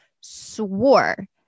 swore